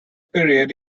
period